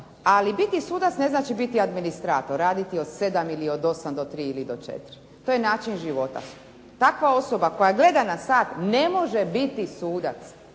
ali biti sudac ne znači biti administrator, raditi od 7 ili od 8 do 3 ili do 4, to je način života. Takva osoba koja gleda na sat ne može biti sudac.